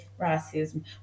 racism